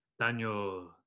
Daniel